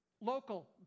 local